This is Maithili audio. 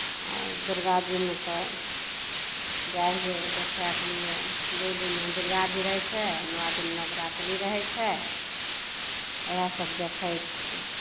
दुर्गा जीमे तऽ जाइ हियै देखयके लिए दू दिना दुर्गा जी रहै छै नओ दिन नवरात्री रहै छै इएहसभ देखै छियै